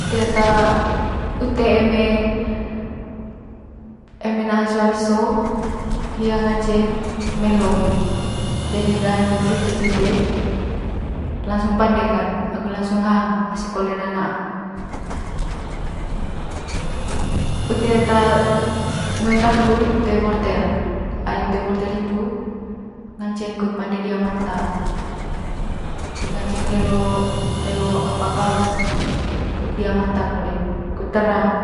ute ata ute eme eme naa sua leso hia ngaceng meloy jading ga eme weli ute tite lansung pandee kat agu lanngsung hang asi kole naa- naa ute ata ngoeng dakun lute wortel ai ute wortel hitu ngaceng kut pande diaa mata kud ngaceng lelo lelo apa kaut kut dia mata kole terang